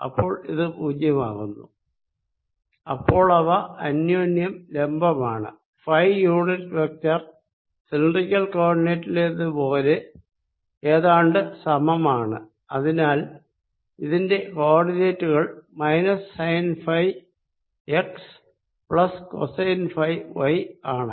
അപ്പോൾ ഇത് പൂജ്യമാകുന്നു അപ്പോളവ അന്യോന്യം ലംബമാണ് ഫൈ യൂണിറ്റ് വെക്ടർ സിലിണ്ടറിക്കൽ കോ ഓർഡിനേറ്റിലേത് പോലെ ഏതാണ്ട് സമമാണ് അതിനാൽ ഇതിന്റെ കോ ഓർഡിനേറ്റുകൾ minus sine phi x plus cosine phi y ആണ്